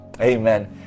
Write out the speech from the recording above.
amen